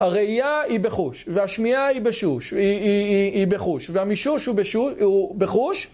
הראייה היא בחוש והשמיעה היא בשוש, היא היא בחוש והמישוש הוא בשוש הוא בחוש